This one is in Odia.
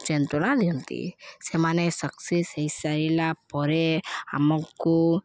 ଯନ୍ତଣା ଦିଅନ୍ତି ସେମାନେ ସକ୍ସେସ୍ ହୋଇସାରିଲା ପରେ ଆମକୁ